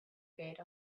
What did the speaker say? gate